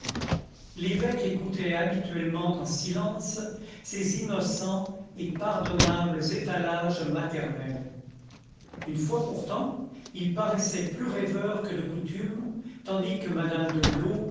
l'évêque écoutait habituellement en silence ces innocents et pardonnables étalages maternels une fois pourtant il paraissait plus rêveur que de coutume tandis que madame de